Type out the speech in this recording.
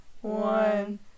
One